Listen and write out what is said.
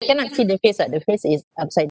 cannot see the face ah the face is upside